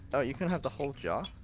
oh, you can have the whole jar? oh,